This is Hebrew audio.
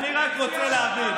אני רק רוצה להבין,